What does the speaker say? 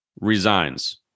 resigns